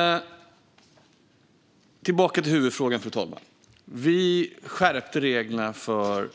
Jag går tillbaka till huvudfrågan. Vi skärpte reglerna för